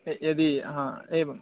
य यदि हा एवम्